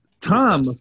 Tom